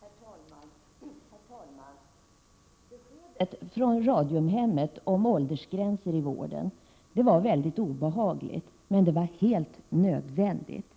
Herr talman! Beskedet från Radiumhemmet om åldersgränser i vården var mycket obehagligt, men det var helt nödvändigt.